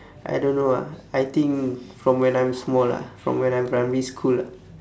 I don't know ah I think from when I'm small ah from when I'm primary school ah